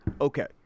Okay